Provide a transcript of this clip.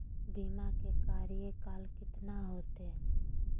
बीमा के कार्यकाल कितना होते?